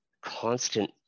constant